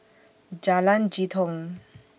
Jalan Jitong